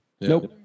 Nope